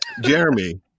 Jeremy